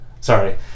sorry